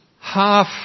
half